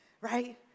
right